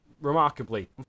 remarkably